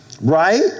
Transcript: Right